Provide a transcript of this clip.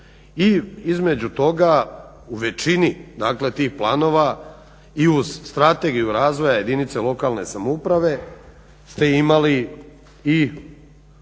I između toga, u većini dakle tih planova i uz Strategiju razvoja jedinice lokalne samouprave ste imali i